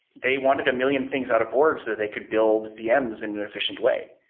they wanted a million things out of borg so they could build vms in an efficient way.